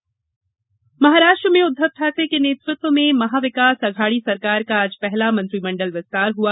महाराष्ट्र मंत्रिमंडल महाराष्ट्र में उद्घव ठाकरे के नेतृत्व में महाविकास अघाड़ी सरकार का आज पहला मंत्रिमंडल विस्तार हुआ